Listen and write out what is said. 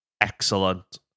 excellent